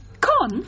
Con